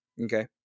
Okay